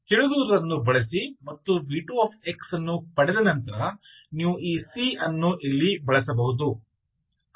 ತಿಳಿದಿರುವದನ್ನು ಬಳಸಿ ಮತ್ತು v2x ಅನ್ನು ಪಡೆದ ನಂತರ ನೀವು ಈ c ಅನ್ನು ಇಲ್ಲಿ ಬಳಸಬಹುದು